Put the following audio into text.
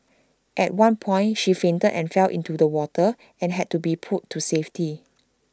at one point she fainted and fell into the water and had to be pulled to safety